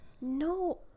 No